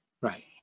right